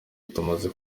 tumaze